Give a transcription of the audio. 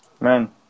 Man